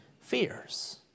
fears